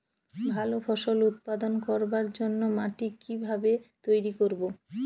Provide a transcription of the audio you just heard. ভালো ফসল উৎপাদন করবার জন্য মাটি কি ভাবে তৈরী করব?